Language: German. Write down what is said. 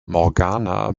morgana